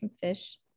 fish